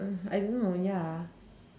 uh I don't know ya